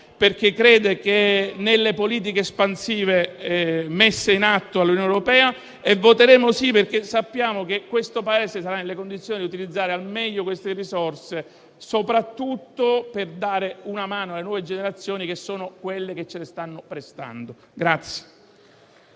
perché crede nelle politiche espansive messe in atto dall'Unione europea e perché sappiamo che questo Paese sarà nelle condizioni di utilizzare al meglio queste risorse, soprattutto per dare una mano alle nuove generazioni, che sono quelle che ce le stanno prestando.